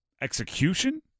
execution